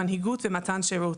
מנהיגות ומתן שירות.